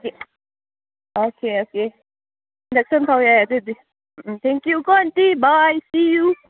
okay okay lesson ꯇꯧꯋꯦ ꯑꯗꯨꯗꯤ um thank you ꯀꯣ ꯑꯟꯇꯤ ꯕꯥꯏ ꯁꯤ ꯌꯨ